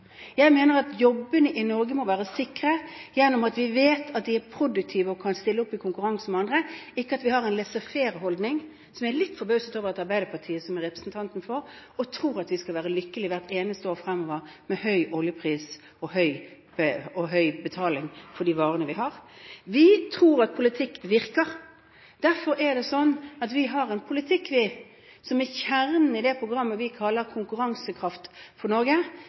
Jeg mener at jobbene i Norge må være sikre, gjennom at vi vet at de er produktive, og at vi kan stille opp i konkurranse med andre – ikke at vi har en laissezfaireholdning, som jeg er litt forbauset over at Arbeiderpartiet er representanten for og tror at vi skal være lykkelige hvert eneste år fremover, med høy oljepris og høy betaling for varene våre. Vi tror at politikk virker. Derfor er det slik at vi har en politikk som er kjernen i det programmet vi kaller konkurransekraft for Norge,